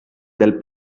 del